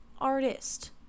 artist